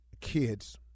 kids